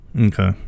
Okay